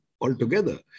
altogether